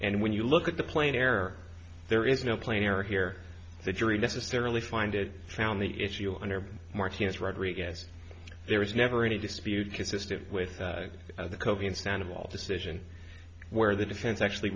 and when you look at the plane error there is no plane error here the jury necessarily find it found the issue under martinez rodriguez there was never any dispute consistent with the covens animal decision where the defense actually